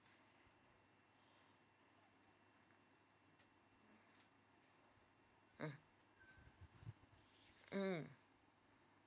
mm mm